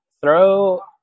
Throw